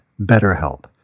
BetterHelp